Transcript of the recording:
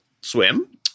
Swim